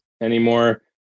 anymore